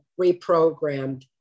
reprogrammed